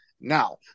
now